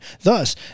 Thus